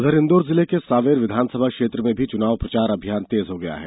उधर इंदौर जिले के सांवेर विधानसभा क्षेत्र में भी चुनाव प्रचार अभियान तेज हो गया है